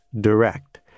direct